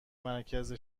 مرکز